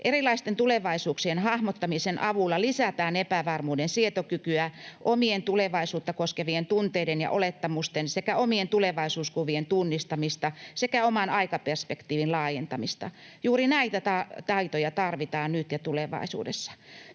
Erilaisten tulevaisuuksien hahmottamisen avulla lisätään epävarmuuden sietokykyä, omien tulevaisuutta koskevien tunteiden ja olettamusten sekä omien tulevaisuuskuvien tunnistamista sekä oman aikaperspektiivin laajentamista. Juuri näitä taitoja tarvitaan nyt ja tulevaisuudessa.